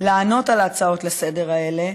לענות על ההצעות לסדר-היום האלה,